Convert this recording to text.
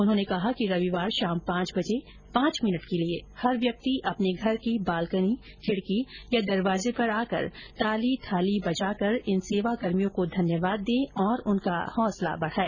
उन्होंने कहा कि रविवार शाम पांच बजे पांच मिनट के लिए हर व्यक्ति अपने घर की बालकनी खिड़की या दरवाजे पर आकर ताली थाली बजाकर इन सेवा कर्मियों को धन्यवाद दे और उनका हौसला बढ़ाए